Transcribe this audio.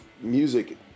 music